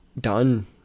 done